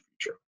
future